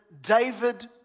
David